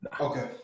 Okay